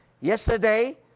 yesterday